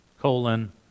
colon